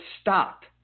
stop